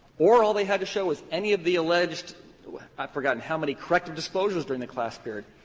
or all they had to show was any of the alleged i've forgotten how many corrective disclosures during the class period.